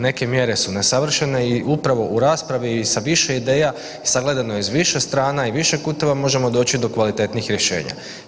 Neke mjere su nesavršene i upravo u raspravi sa više ideja i sagledano iz više strana i više kuteva, možemo doći do kvalitetnih rješenja.